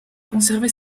conservé